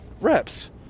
reps